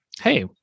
hey